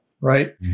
Right